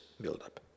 buildup